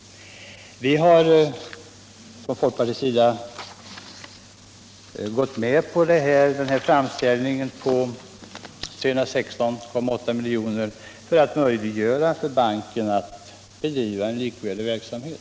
Vi har från folkpartiets sida gått med på framställningen om ett investeringsanslag på 316,8 milj.kr. för att möjliggöra för banken att bedriva en likvärdig verksamhet.